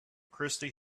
christy